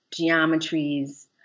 geometries